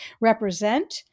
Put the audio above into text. represent